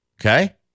Okay